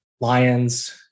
lions